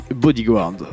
Bodyguard